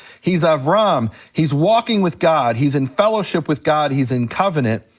he's ah avram, he's walking with god, he's in fellowship with god, he's in covenant.